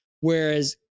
whereas